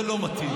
זה לא מתאים.